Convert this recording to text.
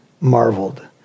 marveled